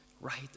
right